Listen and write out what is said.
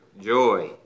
joy